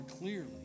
clearly